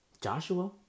Joshua